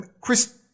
Chris